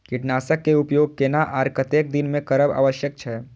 कीटनाशक के उपयोग केना आर कतेक दिन में करब आवश्यक छै?